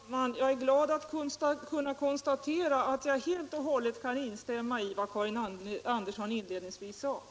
Herr talman! Jag är glad att kunna konstatera att jag helt och hållet kan instämma i vad Karin Andersson inledningsvis sade.